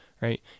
Right